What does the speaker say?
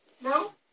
No